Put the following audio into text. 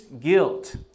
guilt